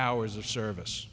hours of service